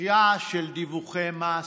דחייה של דיווחי מס,